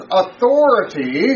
authority